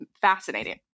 fascinating